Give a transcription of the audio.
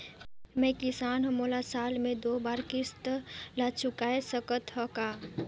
मैं किसान हव मोला साल मे दो बार किस्त ल चुकाय सकत हव का?